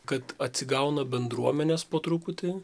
kad atsigauna bendruomenės po truputį